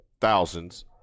thousands